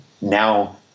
now